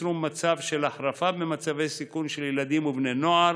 יצרו מצב של החרפה במצבי סיכון של ילדים ובני נוער